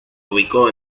ubicó